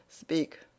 Speak